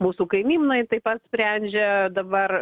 mūsų kaimynai taip pat sprendžia dabar